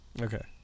Okay